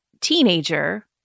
teenager